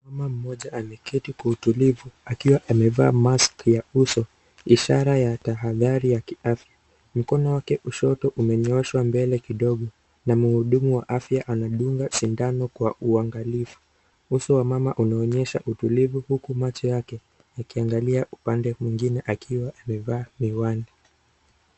Mama mmoja ameketi kwa utulivu akiwa amevaa mask ya uso, ishara ya tahadhari ya kiafya. Mkono wake kushoto umenyooshwa mbele kidogo na mhudumu wa afya anadunga sindano kwa uangalifu. Uso wa mama unaonyesha utulivu huku macho yake yakiangalia upande mwingine akiwa amevaa miwani.